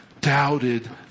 doubted